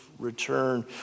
return